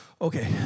okay